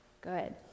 Good